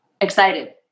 excited